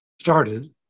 started